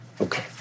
Okay